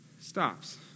stops